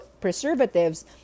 preservatives